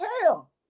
hell